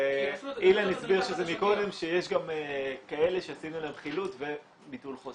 אילן הסביר מקודם שיש גם כאלה שעשינו להם חילוט וביטול חוזה.